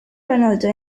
ronaldo